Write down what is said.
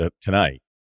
tonight